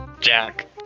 Jack